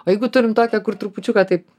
o jeigu turim tokią kur trupučiuką taip